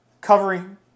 covering